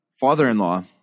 father-in-law